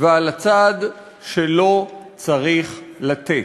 ועל הצד שלא צריך לתת.